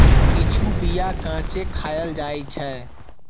किछु बीया कांचे खाएल जाइ छै